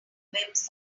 websites